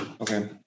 Okay